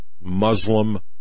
Muslim